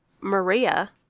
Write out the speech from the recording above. Maria